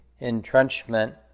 entrenchment